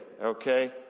okay